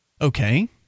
Okay